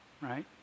right